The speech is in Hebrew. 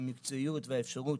המקצועיות והאפשרות